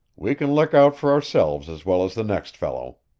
we can look out for ourselves as well as the next fellow.